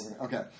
Okay